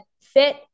fit